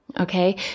Okay